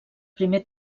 primer